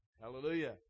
Hallelujah